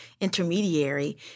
intermediary